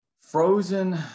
Frozen